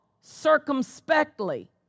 circumspectly